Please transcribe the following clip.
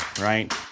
right